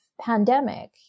pandemic